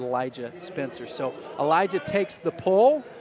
elijah spencer. so elijah takes the pole.